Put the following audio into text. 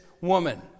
woman